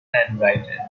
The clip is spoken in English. handwriting